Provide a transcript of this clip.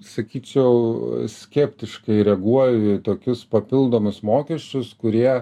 sakyčiau skeptiškai reaguoju į tokius papildomus mokesčius kurie